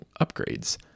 upgrades